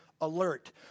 alert